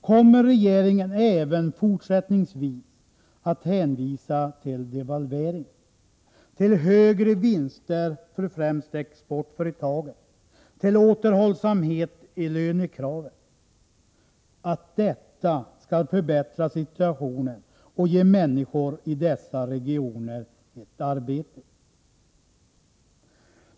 Kommer regeringen även fortsättningsvis att hänvisa till devalveringen, till högre vinster för främst exportföretagen, till återhållsamhet i lönekraven — till att detta skall förbättra situationen och ge människor i dessa regioner ett arbete?